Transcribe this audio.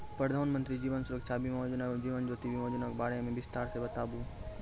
प्रधान मंत्री जीवन सुरक्षा बीमा योजना एवं जीवन ज्योति बीमा योजना के बारे मे बिसतार से बताबू?